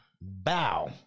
Bow